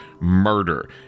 murder